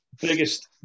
Biggest